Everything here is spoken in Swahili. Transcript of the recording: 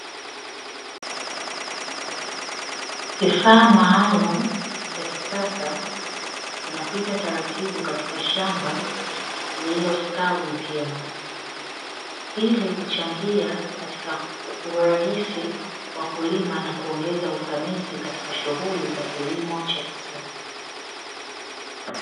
Kifaa maalumu cha kisasa kinapita taratibu katika shamba lililostawi vyema, ili kuchangia katika urahisi wa kulima na kuongeza ufanisi katika shughuli za kisasa.